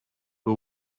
who